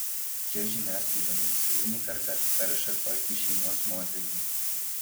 čia žiniasklaida mums eilinį kartą perša tokį šeimos modelį